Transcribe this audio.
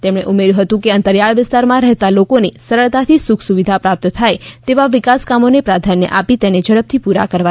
તેમણે ઉમેર્યું હતું કે અંતરીયાળ વિસ્તારમાં રહેતાં લોકોને સરળતાથી સુખ સુવિધા પ્રાપ્ત થાય તેવા વિકાસ કામોને પ્રાધાન્ય આપી તેને ઝડપથી પૂરા કરવા જોઈએ